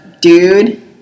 dude